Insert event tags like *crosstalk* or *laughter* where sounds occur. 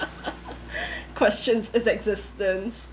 *laughs* questions his existence